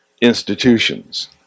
institutions